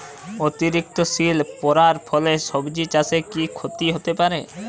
অতিরিক্ত শীত পরার ফলে সবজি চাষে কি ক্ষতি হতে পারে?